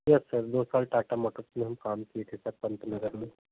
yes sir दो साल Tata Motors में हम काम किए थे सर पंतनगर में